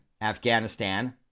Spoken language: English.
Afghanistan